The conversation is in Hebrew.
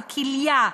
הכליה,